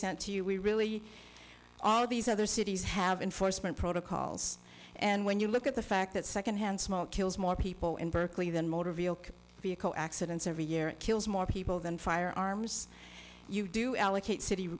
to you we really all these other cities have enforcement protocols and when you look at the fact that secondhand smoke kills more people in berkeley than motor vehicle vehicle accidents every year it kills more people than firearms you do allocate city